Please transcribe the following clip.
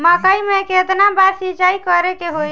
मकई में केतना बार सिंचाई करे के होई?